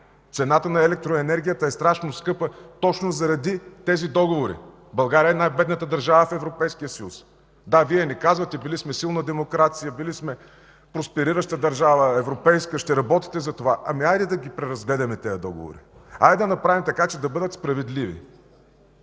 Цената на електроенергията е страшно скъпа точно заради тези договори! България е най-бедната държава в Европейския съюз! Да, Вие не казвате „били сме силна демокрация, били сме просперираща европейска държава”, ще работите за това. Хайде да ги преразгледаме тези договори. Хайде да направим така, че да бъдат справедливи